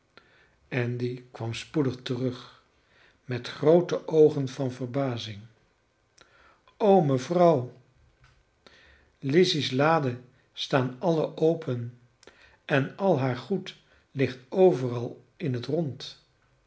andy kwam spoedig terug met groote oogen van verbazing o mevrouw lizzy's laden staan alle open en al haar goed ligt overal in het rond